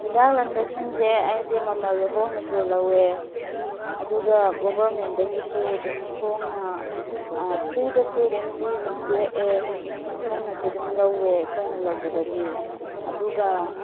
ꯍꯤꯗꯥꯛ ꯂꯥꯡꯊꯛꯁꯤꯡꯁꯦ ꯑꯩꯗꯤ ꯃꯃꯜꯗꯣ ꯍꯣꯡꯅꯁꯨ ꯂꯧꯋꯦ ꯑꯗꯨꯒ ꯒꯣꯕꯔꯃꯦꯟꯗꯒꯤꯁꯨ ꯑꯗꯨꯝ ꯍꯣꯡꯅ ꯐ꯭ꯔꯤꯗꯁꯨ ꯑꯗꯨꯝ ꯄꯤꯔꯛꯑꯦ ꯍꯣꯡꯅꯁꯨ ꯑꯗꯨꯝ ꯂꯧꯋꯦ ꯑꯩꯈꯣꯏꯅ ꯂꯧꯕꯗꯗꯤ ꯑꯗꯨꯒ